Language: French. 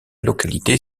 localité